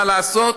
מה לעשות,